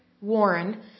Warren